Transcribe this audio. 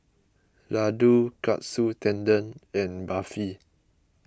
Ladoo Katsu Tendon and Barfi